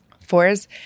Fours